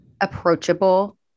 Approachable